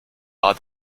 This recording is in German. war